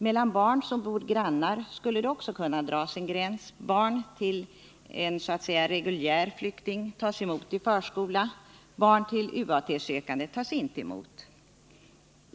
Mellan barn som bor grannar skulle det också kunna dras en gräns — barn till en så att säga reguljär flykting tas emot i förskola, barn till UAT-sökande tas inte emot.